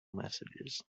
messages